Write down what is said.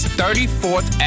34th